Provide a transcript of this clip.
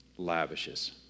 lavishes